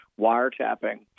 wiretapping